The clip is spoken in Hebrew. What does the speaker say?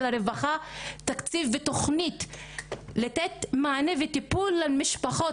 הרווחה תקציב ותוכנית כדי לתת מענה וטיפול למשפחות,